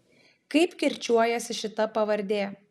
kaip kirčiuojasi šita pavardė